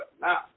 Now